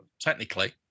technically